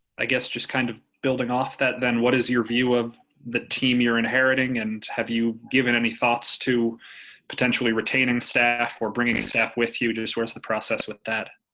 i guess just kind of building off that, then, what is your view of the team you're inheriting and have you given any thoughts to potentially retaining staff or bringing staff with you? just where is the process with that?